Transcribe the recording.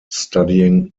studying